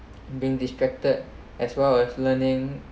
being distracted as well as learning